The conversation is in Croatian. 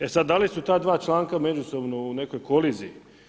E sad, da li su ta dva članka međusobno u nekoj koliziji?